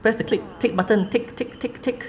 press the click tick button tick tick tick